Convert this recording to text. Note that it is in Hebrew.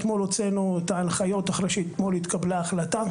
אתמול הוצאנו את ההנחיות אחרי שאתמול התקבלה ההחלטה.